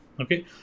okay